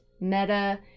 meta